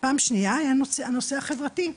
הנושא השני, היה הנושא החברתי,